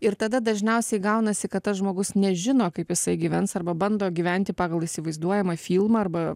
ir tada dažniausiai gaunasi kad tas žmogus nežino kaip jisai gyvens arba bando gyventi pagal įsivaizduojamą filmą arba